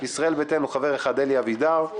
מישראל ביתנו חבר אחד אלי אבידר,